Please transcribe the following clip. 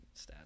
stats